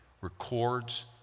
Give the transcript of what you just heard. records